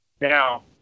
Now